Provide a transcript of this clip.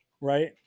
right